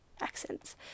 accents